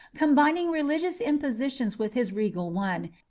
combining religious impositions with his regal one,